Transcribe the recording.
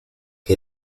che